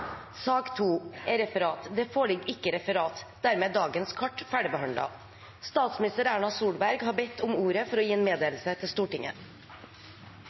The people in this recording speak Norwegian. Det foreligger ikke noe referat. Dermed er dagens kart ferdigbehandlet. Statsminister Erna Solberg har bedt om ordet for å gi en meddelelse til Stortinget.